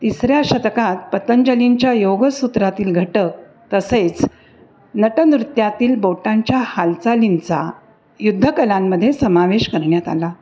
तिसऱ्या शतकात पतंजलींच्या योगसूत्रातील घटक तसेच नटनृत्यातील बोटांच्या हालचालींचा युद्धकलांमध्ये समावेश करण्यात आला